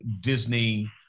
Disney